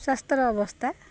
ସ୍ୱାସ୍ଥ୍ୟର ଅବସ୍ଥା